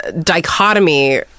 dichotomy